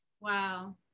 Wow